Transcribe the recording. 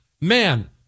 Man